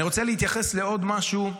אני רוצה להתייחס לעוד משהו,